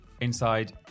Inside